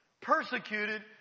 Persecuted